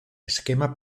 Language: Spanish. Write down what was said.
esquema